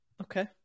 Okay